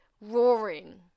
roaring